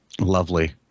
Lovely